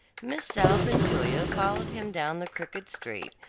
miss south and julia followed him down the crooked street,